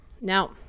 Now